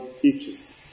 teaches